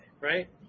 right